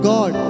God